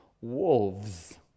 wolves